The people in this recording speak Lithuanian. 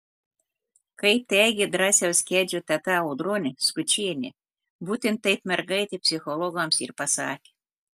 kaip teigia drąsiaus kedžio teta audronė skučienė būtent taip mergaitė psichologams ir pasakė